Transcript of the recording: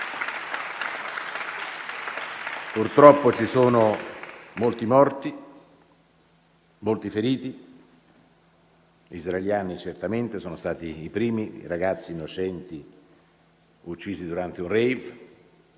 Purtroppo ci sono molti morti, molti feriti: gli israeliani certamente sono stati i primi, penso ai ragazzi innocenti uccisi durante un *rave,*